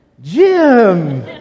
Jim